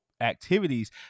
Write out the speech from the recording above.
activities